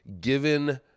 given